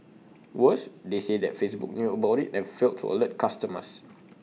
worse they say that Facebook knew about IT and failed to alert customers